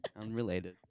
Unrelated